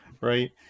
right